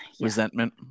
resentment